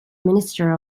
minister